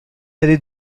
allées